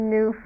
New